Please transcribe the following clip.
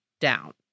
down